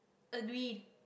agreed